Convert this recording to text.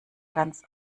ganz